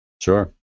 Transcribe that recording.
Sure